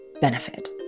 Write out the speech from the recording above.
benefit